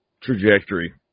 trajectory